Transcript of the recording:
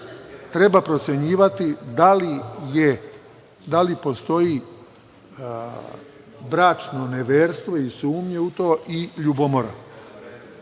treba procenjivati da li postoji bračno neverstvo i sumnja u to i ljubomora. Mislim